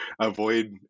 avoid